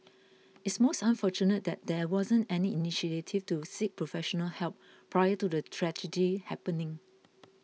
it's most unfortunate that there wasn't any initiative to seek professional help prior to the tragedy happening